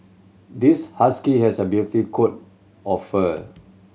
this husky has a beauty coat of fur